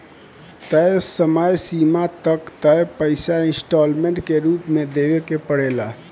तय समय सीमा तक तय पइसा इंस्टॉलमेंट के रूप में देवे के पड़ेला